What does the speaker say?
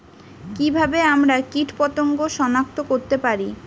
কিভাবে আমরা কীটপতঙ্গ সনাক্ত করতে পারি?